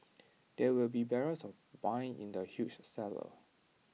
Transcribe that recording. there will be barrels of wine in the huge cellar